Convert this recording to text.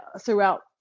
throughout